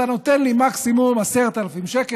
אתה נותן לי מקסימום 10,000 שקל,